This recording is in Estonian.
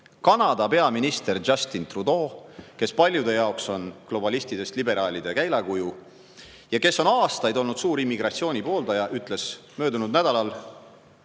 Kanada peaminister Justin Trudeau, kes paljude jaoks on globalistidest liberaalide käilakuju ja kes on aastaid olnud suur immigratsiooni pooldaja, ütles möödunud nädalal